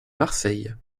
marseille